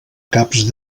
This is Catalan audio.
caps